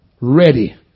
ready